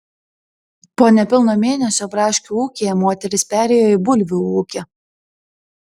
po nepilno mėnesio braškių ūkyje moteris perėjo į bulvių ūkį